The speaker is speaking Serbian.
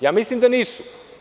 Ja mislim da nisu.